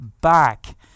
back